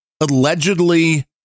allegedly